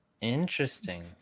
Interesting